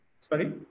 Sorry